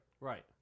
Right